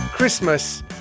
Christmas